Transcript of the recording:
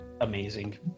amazing